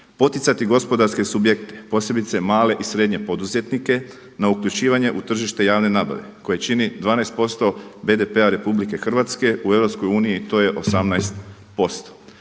poticati gospodarske subjekte posebice male i srednje poduzetnike na uključivanje u tržište javne nabave koje čini 12% BDP-a RH, u EU to je 18%.